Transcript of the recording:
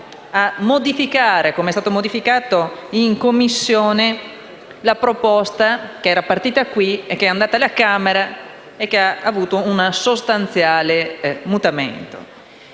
a modificare, come è stata modificata in Commissione, la proposta che era partita in questa sede, è andata alla Camera e ha avuto un sostanziale mutamento.